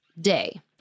day